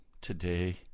today